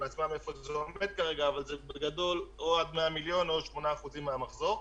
אבל בגדול זה או עד 100 מיליון או 8% מהמחזור.